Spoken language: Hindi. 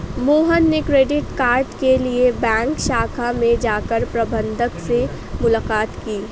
मोहन ने क्रेडिट कार्ड के लिए बैंक शाखा में जाकर प्रबंधक से मुलाक़ात की